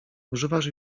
używasz